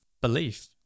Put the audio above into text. belief